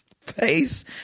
face